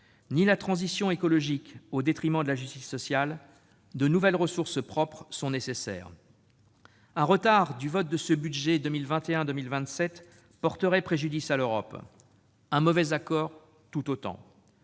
ni la transition écologique au détriment de la justice sociale, de nouvelles ressources propres sont nécessaires. Un retard du vote du budget 2021-2027 porterait préjudice à l'Europe. Un mauvais accord tout autant